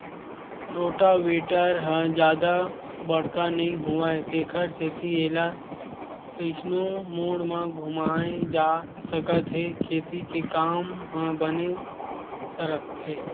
rotavator ह जादा बड़का नइ होवय तेखर सेती एला कइसनो मोड़ म घुमाए जा सकत हे खेती के काम ह बने सरकथे